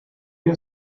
you